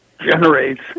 generates